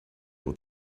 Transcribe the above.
what